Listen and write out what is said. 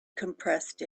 compressed